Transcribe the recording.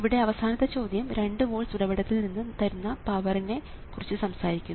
ഇവിടെ അവസാനത്തെ ചോദ്യം 2 വോൾട്സ് ഉറവിടത്തിൽ നിന്ന് തരുന്ന പവറിനെ കുറിച്ച് സംസാരിക്കുന്നു